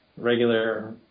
regular